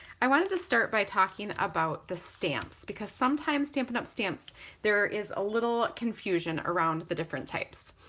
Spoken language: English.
i wanted to start by talking about the stamps because sometimes stampin' up! stamps there is a little confusion around the different types.